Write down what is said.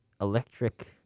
electric